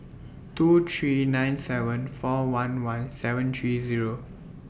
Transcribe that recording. two three nine seven four one one seven three Zero